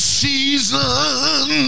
season